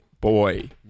boy